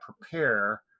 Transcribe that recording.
prepare